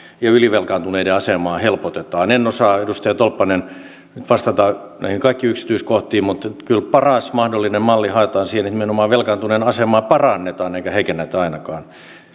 ja ylivelkaantuneiden asemaa helpotetaan en osaa edustaja tolppanen nyt vastata näihin kaikkiin yksityiskohtiin mutta kyllä paras mahdollinen malli haetaan siihen että nimenomaan velkaantuneen asemaa parannetaan eikä heikennetä ainakaan